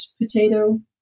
potato